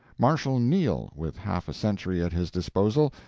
marshal neil, with half a century at his disposal,